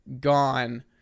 gone